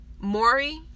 Maury